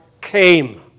came